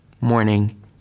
morning